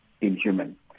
inhuman